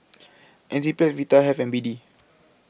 Enzyplex Vitahealth and B D